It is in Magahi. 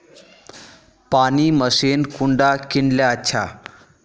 पानी मशीन कुंडा किनले अच्छा?